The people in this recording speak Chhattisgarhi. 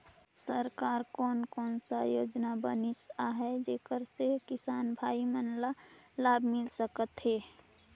सरकार कोन कोन सा योजना बनिस आहाय जेकर से किसान भाई मन ला लाभ मिल सकथ हे?